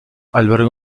albergó